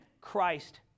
Christ